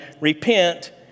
Repent